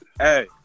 Hey